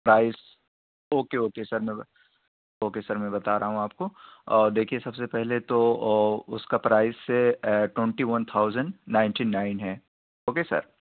price okay okay sir میں okay sir میں بتا رہا ہوں آپ کو دیکھیے سب سے پہلے تو اس کا پرائس ہے twenty one thousand ninety nine ہے اوکے سر